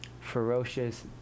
ferocious